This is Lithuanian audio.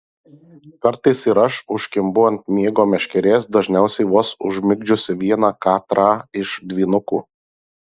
kartais ir aš užkimbu ant miego meškerės dažniausiai vos užmigdžiusi vieną katrą iš dvynukų